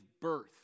birth